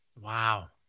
Wow